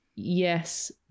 yes